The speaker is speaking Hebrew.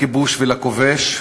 לכיבוש ולכובש.